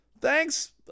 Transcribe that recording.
Thanks